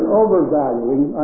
overvaluing